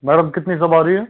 madam कितनी सवारी है